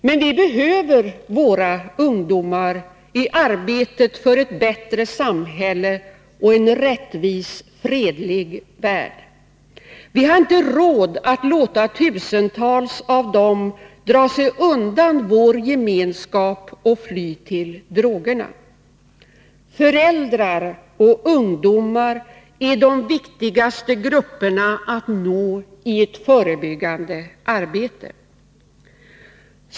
Men vi behöver våra ungdomar i arbetet för ett bättre samhälle och en rättvis, fredlig värld. Vi har inte råd att låta tusentals av dem dra sig undan vår gemenskap och fly till drogerna. Föräldrar och ungdomar är de viktigaste grupperna att nå i ett förebyggande arbete.